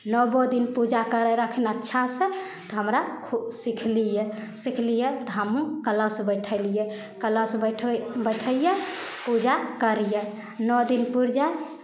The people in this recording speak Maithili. नवो दिन पूजा करै रहखिन अच्छासँ तऽ हमरा खु सिखलियै सिखलियै तऽ हमहूँ कलश बैठैलियै कलश बैठबै बैठैयै पूजा करियै ने दिन पुरि जाय